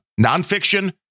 nonfiction